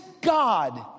God